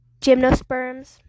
gymnosperms